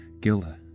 Gilda